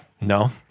No